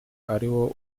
ariwo